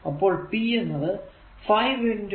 അപ്പോൾ p എന്നത് 5 4